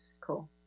cool